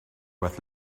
worth